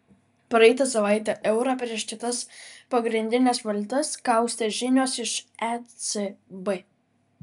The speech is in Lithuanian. praeitą savaitę eurą prieš kitas pagrindines valiutas kaustė žinios iš ecb